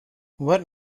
what